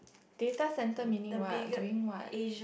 data centre meaning what doing what